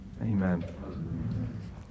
amen